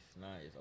nice